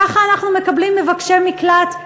כך אנחנו מקבלים מבקשי מקלט?